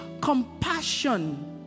compassion